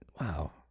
Wow